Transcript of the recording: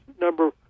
number